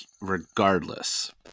regardless